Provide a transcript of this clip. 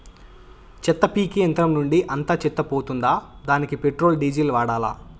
చెత్త పీకే యంత్రం నుండి అంతా చెత్త పోతుందా? దానికీ పెట్రోల్, డీజిల్ వాడాలా?